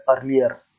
earlier